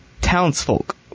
townsfolk